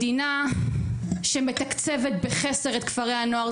מדינה שמתקצבת בחסר את כפרי הנוער,